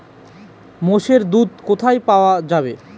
মোষের দুধ কোথায় পাওয়া যাবে?